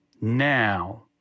now